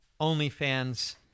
OnlyFans